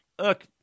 Look